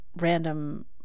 random